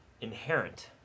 Inherent